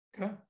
Okay